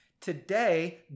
today